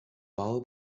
power